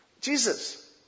Jesus